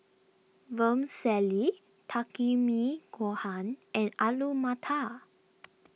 Vermicelli Takikomi Gohan and Alu Matar